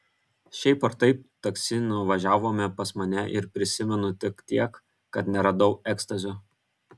šiaip ar taip taksi nuvažiavome pas mane ir prisimenu tik tiek kad neradau ekstazio